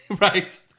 Right